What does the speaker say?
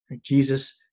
Jesus